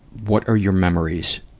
what are your memories,